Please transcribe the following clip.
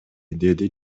деди